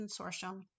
Consortium